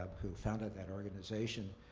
ah who founded that organization,